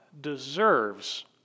deserves